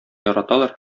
яраталар